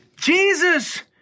Jesus